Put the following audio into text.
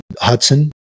Hudson